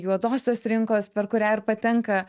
juodosios rinkos per kurią ir patenka